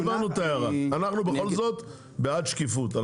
טוב, הבנו את ההערה, אנחנו בכל זאת בעד שקיפות.